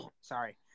Sorry